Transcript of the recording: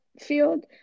field